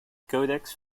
codex